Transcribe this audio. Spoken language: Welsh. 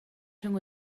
rhwng